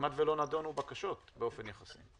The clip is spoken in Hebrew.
כמעט ולא נדונו בקשות באופן יחסי.